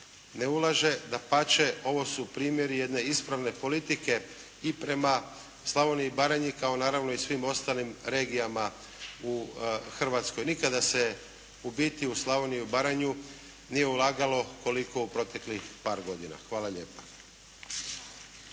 ne ulaže. Dapače, ovo su primjeri jedne ispravne politike i prema Slavoniji i Baranji kao naravno i svim ostalim regijama u Hrvatskoj. Nikada se u biti u Slavoniju i Baranju nije ulagalo koliko u proteklih par godina. Hvala lijepa.